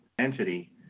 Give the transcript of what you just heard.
entity